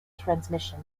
transmission